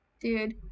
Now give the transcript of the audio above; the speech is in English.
Dude